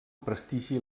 prestigi